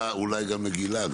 אולי גם לגלעד,